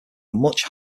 much